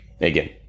again